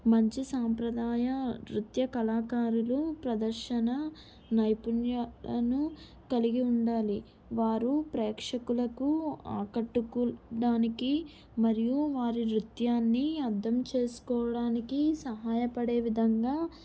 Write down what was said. మంచి సాంప్రదాయ నృత్య కళాకారులు ప్రదర్శన నైపుణ్యాలను కలిగి ఉండాలి వారు ప్రేక్షకులకు ఆకట్టుకోవడానికి మరియు వారి నృత్యాన్ని అర్థం చేసుకోవడానికి సహాయపడే విధంగా